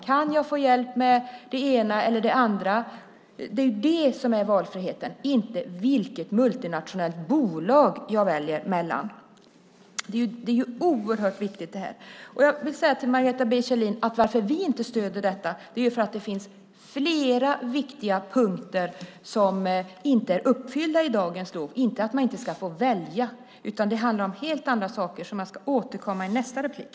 Kan jag få hjälp med det ena eller det andra? Det är det som är valfriheten, inte vilka multinationella bolag jag väljer mellan. Det här är oerhört viktigt. Jag vill säga till Margareta B Kjellin att anledningen till att vi inte stöder detta är att det finns flera viktiga punkter som inte är uppfyllda i dagens LOV. Det handlar inte om att man inte ska få välja, utan det handlar om helt andra saker som jag ska återkomma till i nästa replik.